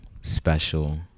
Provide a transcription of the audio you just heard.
special